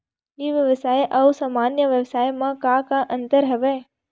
ई व्यवसाय आऊ सामान्य व्यवसाय म का का अंतर हवय?